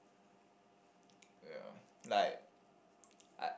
ya like I